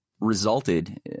resulted